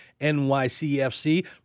NYCFC